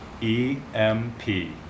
E-M-P